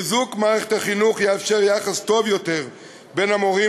חיזוק מערכת החינוך יאפשר יחס טוב יותר בין המורים